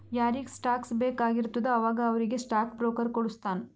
ಯಾರಿಗ್ ಸ್ಟಾಕ್ಸ್ ಬೇಕ್ ಆಗಿರ್ತುದ ಅವಾಗ ಅವ್ರಿಗ್ ಸ್ಟಾಕ್ ಬ್ರೋಕರ್ ಕೊಡುಸ್ತಾನ್